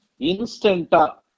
instanta